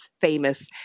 famous